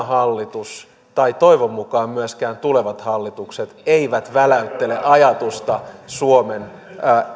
hallitus ei tai toivon mukaan myöskään tulevat hallitukset eivät väläyttele ajatusta suomen